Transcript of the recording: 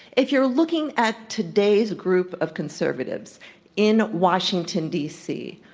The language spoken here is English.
if you're looking at today's group of conservatives in washington, d. c,